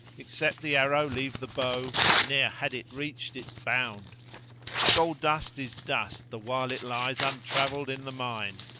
except the arrow leave the bow ne'er had it reached its bound gold-dust is dust the while it lies untravelled in the mine,